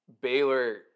Baylor